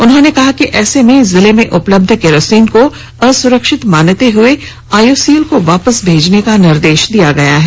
उन्होंने कहा कि ऐसे में जिला में उपलब्ध किरोसिन को असुरक्षित मानते हुए आईओसीएल को वापस भेजने का निर्देश दिया गया है